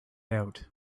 out